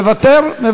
מוותר?